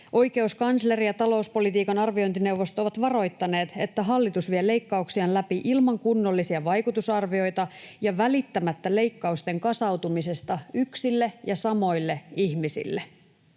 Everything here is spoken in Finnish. Oikeuskansleri ja talouspolitiikan arviointineuvosto ovat varoittaneet, että hallitus vie leikkauksiaan läpi ilman kunnollisia vaikutusarvioita ja välittämättä leikkausten kasautumisesta yksille ja samoille ihmisille.